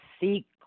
seek